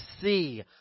see